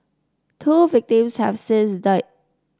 two victims have since died